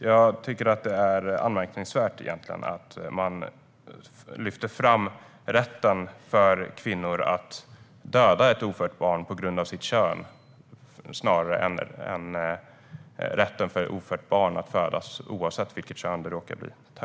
Jag tycker att det är anmärkningsvärt att man lyfter fram rätten för kvinnor att döda ett ofött barn på grund av dess kön snarare än rätten för ett ofött barn att födas oavsett vilket kön det råkar ha.